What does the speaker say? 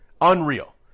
Unreal